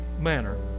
manner